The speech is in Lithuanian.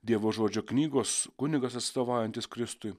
dievo žodžio knygos kunigas atstovaujantis kristui